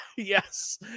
Yes